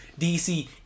DC